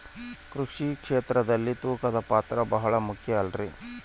ಕೃಷಿ ಕ್ಷೇತ್ರದಲ್ಲಿ ತೂಕದ ಪಾತ್ರ ಬಹಳ ಮುಖ್ಯ ಅಲ್ರಿ?